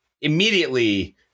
immediately